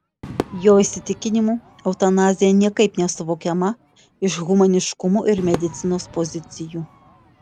jo įsitikinimu eutanazija niekaip nesuvokiama iš humaniškumo ir medicinos pozicijų